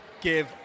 give